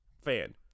fan